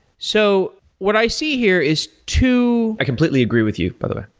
so, what i see here is two i completely agree with you, by the way,